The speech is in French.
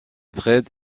fred